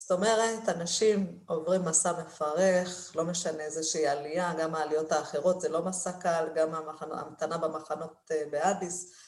‫זאת אומרת, אנשים עוברים מסע מפרך, ‫לא משנה איזושהי עלייה, ‫גם העליות האחרות זה לא מסע קל, ‫גם המתנה במחנות באדיס.